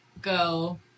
go